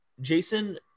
Jason